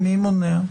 מי מונע?